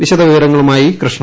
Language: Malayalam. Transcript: വിശദവിവരങ്ങളുമായി കൃഷ്ണ